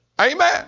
Amen